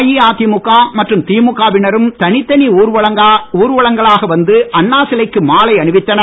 அஇஅதிமுக மற்றும் திமுக வினரும் தனித்தனி ஊர்வலங்களாக வந்து அண்ணா சிலைக்கு மாலை அணிவித்தனர்